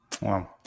Wow